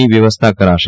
ની વ્યવસ્થા કરાશે